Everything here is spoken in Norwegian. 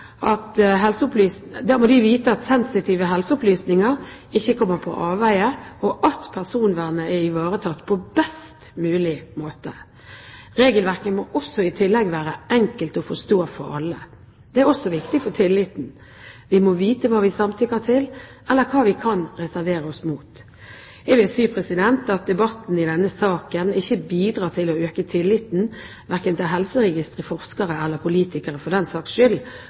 at sensitive helseopplysninger ikke kommer på avveier, og at personvernet er ivaretatt på best mulig måte. Regelverket må i tillegg være enkelt å forstå for alle. Det er også viktig for tilliten. Vi må vite hva vi samtykker til, eller hva vi kan reservere oss mot. Jeg vil si at debatten i denne saken ikke bidrar til å øke tilliten verken til helseregistre, til forskere eller til politikere, for den saks skyld.